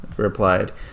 replied